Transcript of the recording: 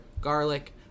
garlic